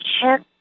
check